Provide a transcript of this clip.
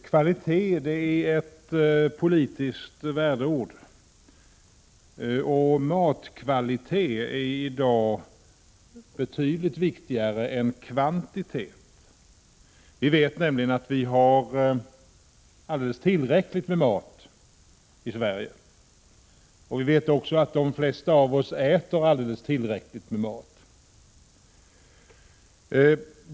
Herr talman! Kvalitet är ett politiskt värdeord, och matkvalitet är i dag betydligt viktigare än kvantitet. Vi vet nämligen att vi har alldeles tillräckligt med mat i Sverige. Vi vet också att de flesta av oss äter alldeles tillräckligt med mat.